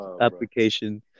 application